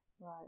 Right